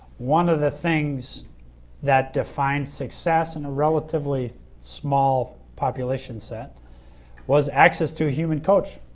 one of the things that defines success in a relatively small population set was access to human coach.